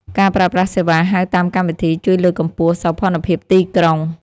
ការប្រើប្រាស់សេវាហៅតាមកម្មវិធី ជួយលើកកម្ពស់សោភ័ណភាពទីក្រុង។